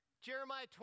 Jeremiah